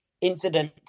incident